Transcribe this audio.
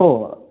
ഓ